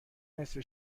نصفه